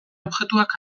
objektuak